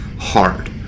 hard